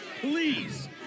Please